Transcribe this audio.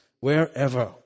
wherever